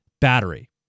battery